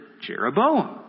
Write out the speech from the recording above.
Jeroboam